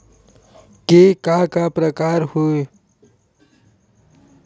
के का का प्रकार हे?